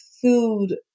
food